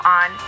on